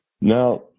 Now